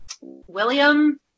William